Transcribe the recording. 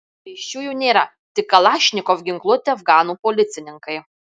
pėsčiųjų nėra tik kalašnikov ginkluoti afganų policininkai